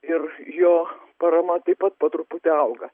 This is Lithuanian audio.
ir jo parama taip pat po truputį auga